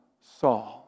Saul